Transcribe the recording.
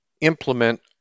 implement